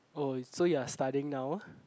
oh so you are studying now